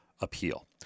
appeal